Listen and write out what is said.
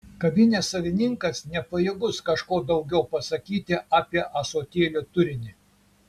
kavinės savininkas nepajėgus kažko daugiau pasakyti apie ąsotėlio turinį